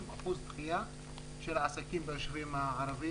60% דחייה של עסקים ביישובים הערבים